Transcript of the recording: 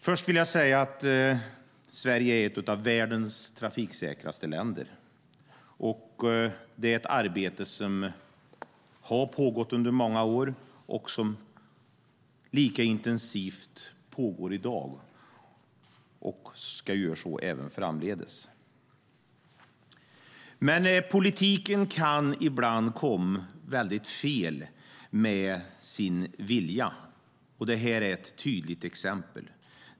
Först vill jag säga att Sverige är ett av världens trafiksäkraste länder. Det är ett arbete som har pågått under många år, som lika intensivt pågår i dag och som ska göra så även framdeles. Men politiken kan ibland komma väldigt fel med sin vilja. Det här är ett tydligt exempel.